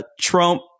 Trump